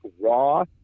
Raw